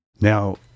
Now